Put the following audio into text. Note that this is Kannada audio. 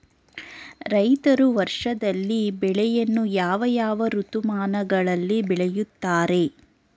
ರೈತರು ವರ್ಷದಲ್ಲಿ ಬೆಳೆಯನ್ನು ಯಾವ ಯಾವ ಋತುಮಾನಗಳಲ್ಲಿ ಬೆಳೆಯುತ್ತಾರೆ?